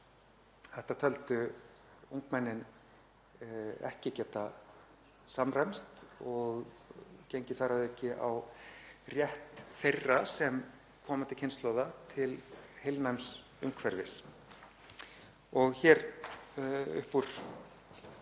Þetta töldu ungmennin ekki geta samræmst því og gengi þar að auki á rétt þeirra sem komandi kynslóða til heilnæms umhverfis. Upp úr